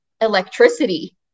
electricity